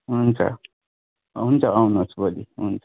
हुन्छ हुन्छ आउनुहोस् भोलि हुन्छ